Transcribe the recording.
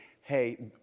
Hey